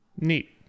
neat